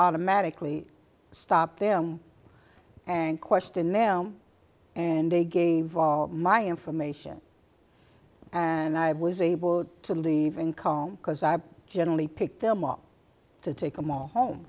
automatically stop them and question them and they gave all my information and i was able to leave in cong because i generally pick them up to take them all home